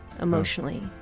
emotionally